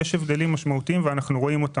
משום שיש הבדלים משמעותיים ביניהן.